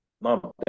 mom